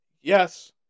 Yes